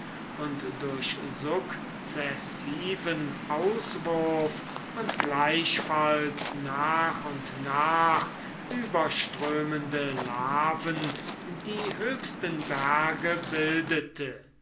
und durch sukzessiven auswurf und gleichfalls nach und nach überströmende laven die höchsten berge bildete